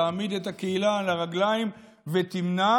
תעמיד את הקהילה על הרגליים ותמנע